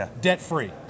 debt-free